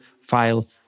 file